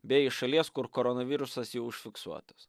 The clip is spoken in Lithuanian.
bei iš šalies kur koronavirusas jau užfiksuotas